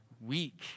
week